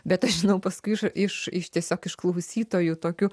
bet aš žinau paskui iš iš iš tiesiog iš klausytojų tokiu